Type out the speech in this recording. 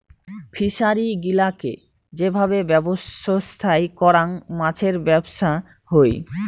fishery গিলাকে যে ভাবে ব্যবছস্থাই করাং মাছের ব্যবছা হই